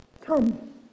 Come